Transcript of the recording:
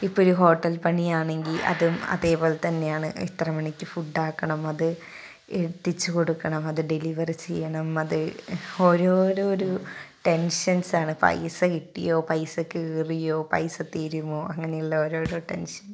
ഇപ്പം ഒരു ഹോട്ടൽ പണിയാണെങ്കിൽ അതും അതേപോലെ തന്നെയാണ് ഇത്ര മണിക്ക് ഫുഡ് ആക്കണം അത് എത്തിച്ചു കൊടുക്കണം അത് ഡെലിവെറ് ചെയ്യണം അത് ഓരോ ഓരോ ഒരു ടെൻഷൻസ് ആണ് പൈസ കിട്ടിയോ പൈസ കയറിയോ പൈസ തീരുമോ അങ്ങനെയുള്ള ഓരോ ഓരോ ടെൻഷൻ